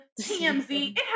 TMZ